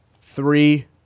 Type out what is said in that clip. Three